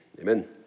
amen